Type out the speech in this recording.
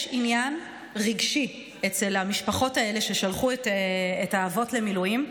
יש עניין רגשי אצל המשפחות האלה ששלחו את האבות למילואים.